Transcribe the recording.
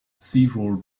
several